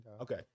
Okay